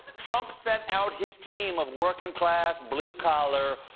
trump sent out his team of working class, blue collar,